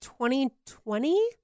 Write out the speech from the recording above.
2020